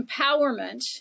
empowerment